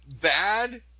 bad